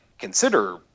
consider